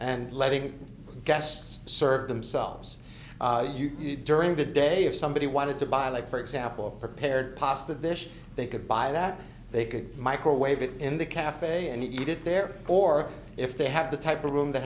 and letting guests serve themselves during the day if somebody wanted to buy like for example a prepared pasta dish they could buy that they could microwave it in the cafe and eat it there or if they have the type of room that